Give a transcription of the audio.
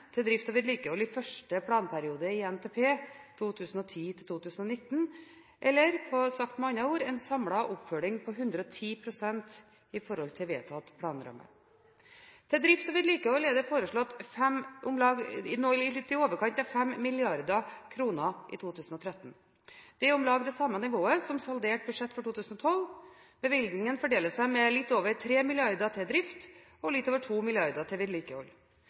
til drift og vedlikehold for første planperiode i NTP 2010–2019, eller – sagt med andre ord – en samlet oppfølging på 110 pst. i forhold til vedtatt planramme. Til drift og vedlikehold er det foreslått litt i overkant av 5 mrd. kr i 2013. Det er om lag det samme nivået som saldert budsjett for 2012. Bevilgningen fordeler seg med litt over 3 mrd. kr til drift og litt over 2 mrd. kr til vedlikehold.